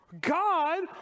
God